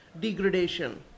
degradation